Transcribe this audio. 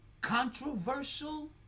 controversial